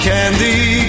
Candy